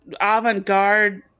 avant-garde